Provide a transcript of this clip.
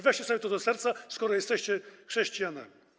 Weźcie sobie to do serca, skoro jesteście chrześcijanami.